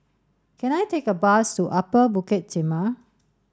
can I take a bus to Upper Bukit Timah